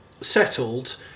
settled